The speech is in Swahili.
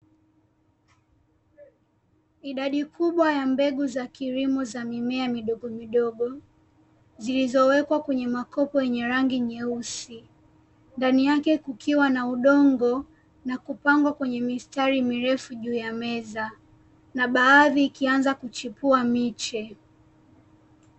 Idadi kubwa za mbegu za kilimo za mimea midogomidogo zilizowekwa kwenye makopo yenye rangi nyeusi. Ndani yake kukiwa na udongo na kupangwa kwenye mistari mirefu juu ya meza, na baadhi ikianza kuchipua miche.